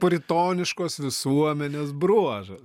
puritoniškos visuomenės bruoža